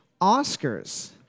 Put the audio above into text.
Oscars